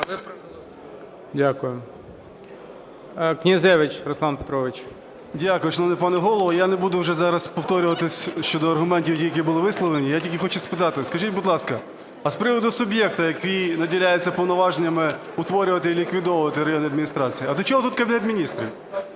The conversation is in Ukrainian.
Дякую. Князевич Руслан Петрович. 11:18:31 КНЯЗЕВИЧ Р.П. Дякую, шановний пане Голово. Я не буду вже зараз повторюватись щодо аргументів, які були висловлені, я тільки хочу спитати. Скажіть, будь ласка, з приводу суб'єкту, який наділяється повноваженнями утворювати і ліквідовувати районні адміністрації, а до чого тут Кабінет Міністрів?